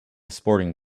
sporting